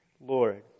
Lord